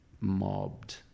mobbed